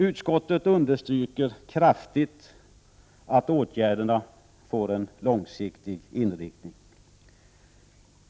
Utskottet understryker kraftigt att åtgärderna måste få en långsiktig inriktning.